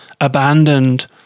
abandoned